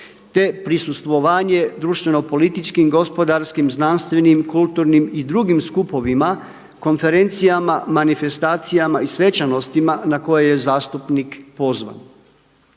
te prisustvovanje društveno-političkim, gospodarskim, znanstvenim, kulturnim i drugim skupovima, konferencijama, manifestacijama i svečanostima na koje je zastupnik pozvan.